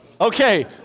Okay